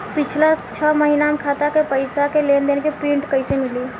पिछला छह महीना के खाता के पइसा के लेन देन के प्रींट कइसे मिली?